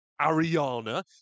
Ariana